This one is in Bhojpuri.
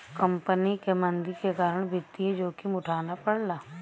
कंपनी क मंदी के कारण वित्तीय जोखिम उठाना पड़ला